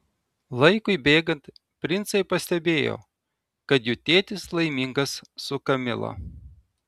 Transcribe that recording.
laikui bėgant princai pastebėjo kad jų tėtis laimingas su kamila